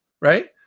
right